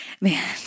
man